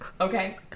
Okay